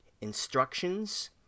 instructions